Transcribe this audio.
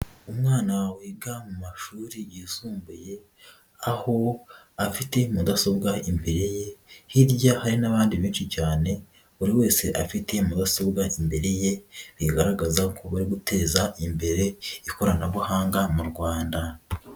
Umwana wiga mu mashuri yisumbuye, aho afite mudasobwa imbere ye hirya hari n'abandi benshi cyane buri wese afite mudasobwa imbere ye, bigaragaza ko bari guteza imbere ikoranabuhanga mu Rwanda.